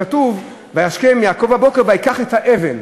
כתוב "וישכם יעקב בבקר ויקח את האבן".